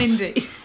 Indeed